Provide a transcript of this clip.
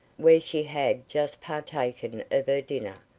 where she had just partaken of her dinner,